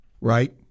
right